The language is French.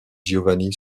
giovanni